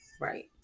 right